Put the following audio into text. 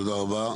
תודה רבה.